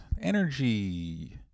energy